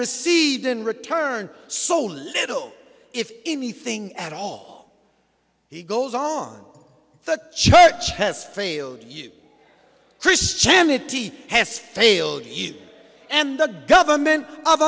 received in return so little if anything at all he goes on the church has failed you christianity has failed even and the government of